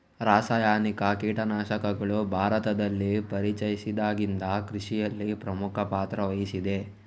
ರಾಸಾಯನಿಕ ಕೀಟನಾಶಕಗಳು ಭಾರತದಲ್ಲಿ ಪರಿಚಯಿಸಿದಾಗಿಂದ ಕೃಷಿಯಲ್ಲಿ ಪ್ರಮುಖ ಪಾತ್ರ ವಹಿಸಿದೆ